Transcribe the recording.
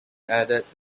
added